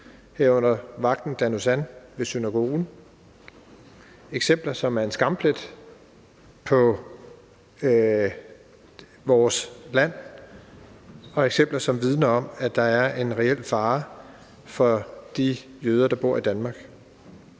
dem var vagten Dan Uzan ved synagogen. Det er eksempler, som er en skamplet på vores land, og eksempler, som vidner om, at der er en reel fare for de jøder, der bor i Danmark.